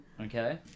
Okay